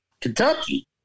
Kentucky